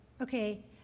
Okay